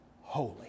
holy